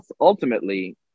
ultimately